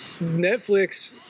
netflix